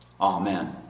Amen